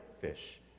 fish